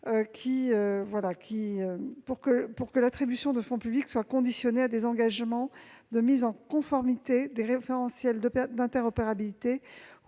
afin que l'attribution de fonds publics soit conditionnée à des engagements de mise en conformité des référentiels d'interopérabilité.